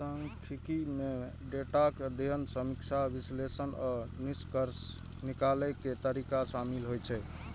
सांख्यिकी मे डेटाक अध्ययन, समीक्षा, विश्लेषण आ निष्कर्ष निकालै के तरीका शामिल होइ छै